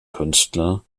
künstler